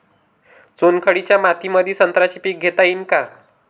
चुनखडीच्या मातीमंदी संत्र्याचे पीक घेता येईन का?